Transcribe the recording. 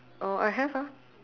oh I have ah